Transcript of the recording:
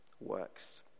works